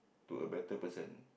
to a better person